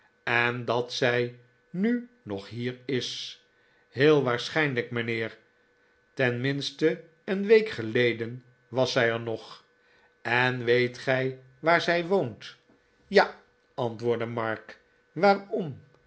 en dat zij nu nog hier is heel waarschijnlijk mijnheer tenminste een week geleden was zij er nog r en weet gij waar zij woont ja antwoordde mark waarom